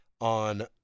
on